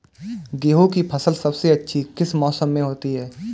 गेंहू की फसल सबसे अच्छी किस मौसम में होती है?